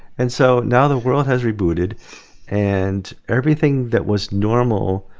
and so now the world has rebooted and everything that was normal